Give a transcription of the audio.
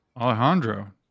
Alejandro